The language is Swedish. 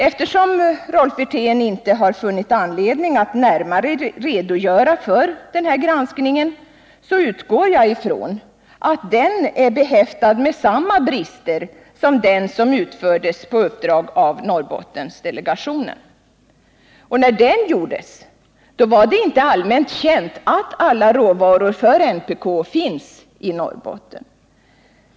Eftersom Rolf Wirtén inte funnit anledning att närmare redogöra för denna granskning utgår jag ifrån att den är behäftad med samma brister som den som utförts på uppdrag av Norrbottendelegationen. När den gjordes var det inte allmänt känt att alla råvaror för NPK finns i Norrbotten.